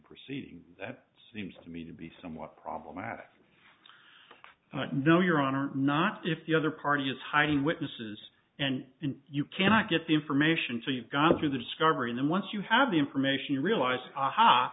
proceeding that seems to me to be somewhat problematic no your honor not if the other party is hiding witnesses and you cannot get the information so you've got through the discovery and once you have the information you realize aha